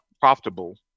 profitable